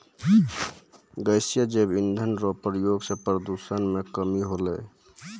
गैसीय जैव इंधन रो प्रयोग से प्रदूषण मे कमी होलै